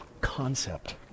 concept